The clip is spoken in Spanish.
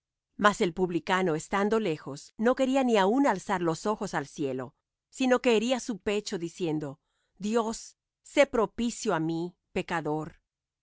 mas el publicano estando lejos no quería ni aun alzar los ojos al cielo sino que hería su pecho diciendo dios sé propició á mí pecador